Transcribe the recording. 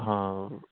ਹਾਂ